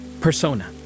persona